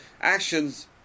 actions